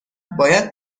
باید